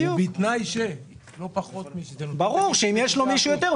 ברור שאם יש לו מישהו יותר,